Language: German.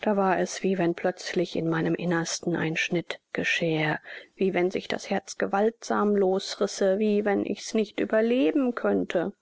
da war es wie wenn plötzlich in meinem innersten ein schnitt geschähe wie wenn sich das herz gewaltsam losrisse wie wenn ich's nicht überleben könnte